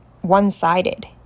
one-sided